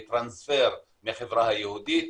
בטרנספר מהחברה היהודית,